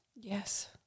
yes